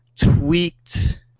tweaked